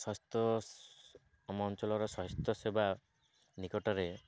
ସ୍ୱାସ୍ଥ୍ୟ ଆମ ଅଞ୍ଚଳର ସ୍ୱାସ୍ଥ୍ୟ ସେବା ନିକଟରେ